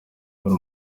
hari